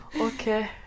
Okay